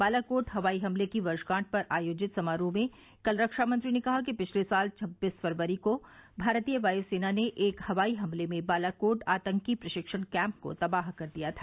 बालाकोट हवाई हमले की वर्षगांठ पर आयोजित समारोह में कल रक्षामंत्री ने कहा कि पिछले साल छब्बीस फरवरी को भारतीय वायुसेना ने एक हवाई हमले में बालाकोट आतंकी प्रशिक्षण कैम्प को तबाह कर दिया था